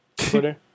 Twitter